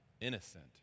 innocent